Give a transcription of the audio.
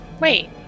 Wait